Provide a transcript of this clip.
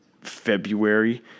February